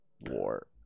War